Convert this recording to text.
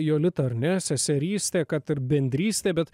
jolita ar ne seserystė kad ir bendrystė bet